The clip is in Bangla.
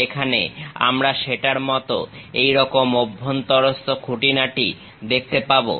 এখানে আমরা সেটার মত এইরকম অভ্যন্তরস্থ খুঁটিনাটি দেখতে পাবো